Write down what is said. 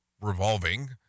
revolving